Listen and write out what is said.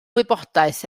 wybodaeth